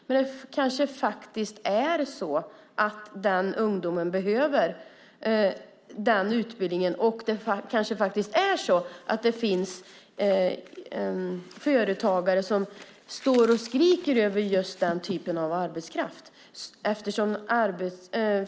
Den ungdomen kanske behöver den utbildningen och det kanske finns företagare som skriker efter just den typen av arbetskraft.